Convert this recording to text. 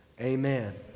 Amen